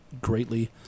greatly